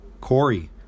Corey